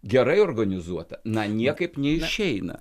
gerai organizuota na niekaip neišeina